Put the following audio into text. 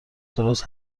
درست